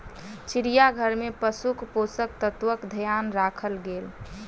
चिड़ियाघर में पशुक पोषक तत्वक ध्यान राखल गेल